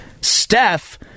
Steph